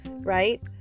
right